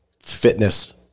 fitness